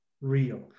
real